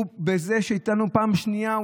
בזה שהוא איתנו פעם שנייה,